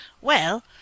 Well